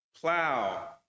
Plow